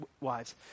wives